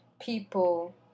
people